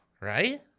Right